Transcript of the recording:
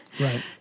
Right